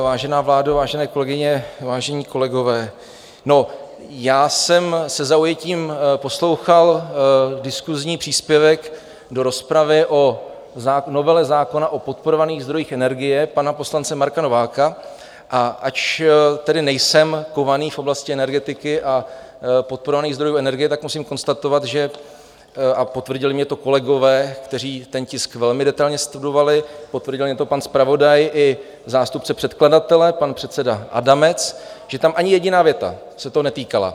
Vážená vládo, vážené kolegyně, vážení kolegové, já jsem se zaujetím poslouchal diskusní příspěvek do rozpravy o novele zákona o podporovaných zdrojích energie pana poslance Marka Nováka, a ač tedy nejsem kovaný v oblasti energetiky a podporovaných zdrojů energie, tak musím konstatovat, a potvrdili mně to kolegové, kteří ten tisk velmi detailně studovali, potvrdil mně to pan zpravodaj i zástupce předkladatele pan předseda Adamec, že tam ani jediná věta se toho netýkala.